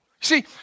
See